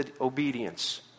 obedience